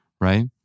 right